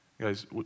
Guys